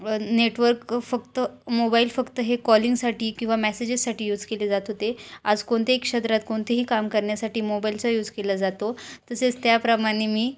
network फक्त mobile फक्त हे कॉलिंगसाठी किंवा मॅसेजेससाठी यूज केले जात हो ते आज कोणतेही क्षेत्रात कोणतेही काम करण्यासाठी मोबाईलचा यूज केला जातो तसेच त्याप्रमाणे मी